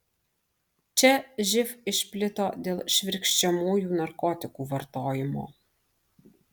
čia živ išplito dėl švirkščiamųjų narkotikų vartojimo